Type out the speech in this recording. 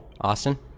Austin